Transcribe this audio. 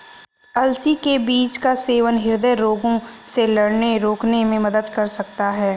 अलसी के बीज का सेवन हृदय रोगों से लड़ने रोकने में मदद कर सकता है